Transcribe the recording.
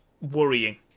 worrying